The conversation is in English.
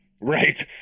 Right